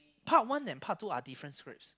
part one and part two are different scripts